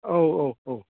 औ औ औ